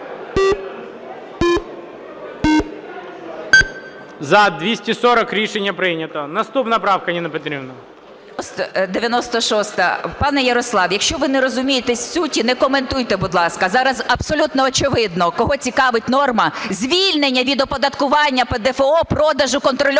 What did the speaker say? За-240 Рішення прийнято. Наступна правка, Ніно Петрівно. 15:57:38 ЮЖАНІНА Н.П. 96-а. Пане Ярослав, якщо ви не розумієте суті, не коментуйте, будь ласка. Зараз абсолютно очевидно, кого цікавить норма звільнення від оподаткування ПДФО продажу контрольованих